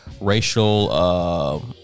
racial